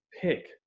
pick